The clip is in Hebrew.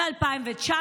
ב-2019